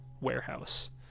warehouse